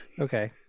Okay